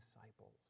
disciples